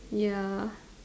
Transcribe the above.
ya